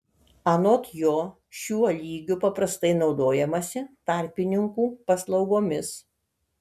anot jo šiuo lygiu paprastai naudojamasi tarpininkų paslaugomis